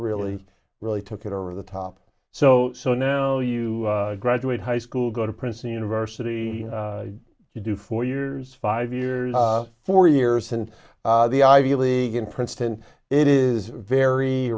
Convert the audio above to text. really really took it over the top so so now you graduate high school go to princeton university you do four years five years four years in the ivy league in princeton it is very